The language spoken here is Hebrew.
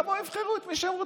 שיבואו ויבחרו את מי שהם רוצים.